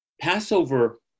Passover